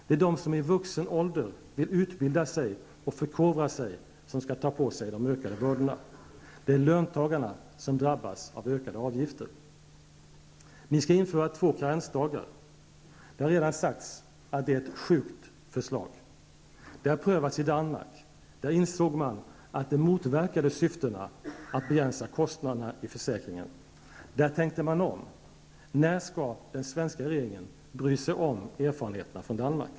Det är de som i vuxen ålder vill utbilda sig och förkovra sig som skall ta på sig ökade bördor. Det är löntagarna som skall drabbas av ökade avgifter. Ni skall införa två karensdagar. Det har redan sagts att det är ett sjukt förslag. Det har redan prövats i Danmark. Där insåg man att det motverkade syftet att begränsa kostnaderna i försäkringen. Där tänkte man om. När skall den svenska regeringen bry sig om erfarenheterna från Danmark?